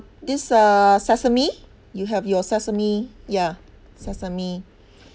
this uh sesame you have your sesame ya sesame